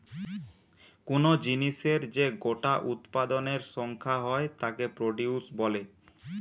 কুনো জিনিসের যে গোটা উৎপাদনের সংখ্যা হয় তাকে প্রডিউস বলে